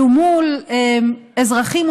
למול אזרחים,